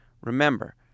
remember